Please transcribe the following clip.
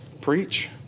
Preach